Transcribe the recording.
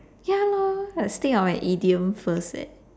ya lor must think of an idiom first leh